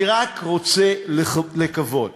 אני רק רוצה לקוות